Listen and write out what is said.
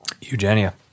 Eugenia